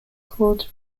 called